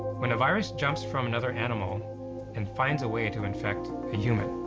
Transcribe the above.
when a virus jumps from another animal and finds a way to infect a human,